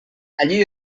allí